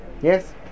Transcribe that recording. Yes